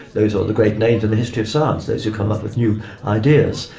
those are the great names in the history of science, those who come up with new ideas.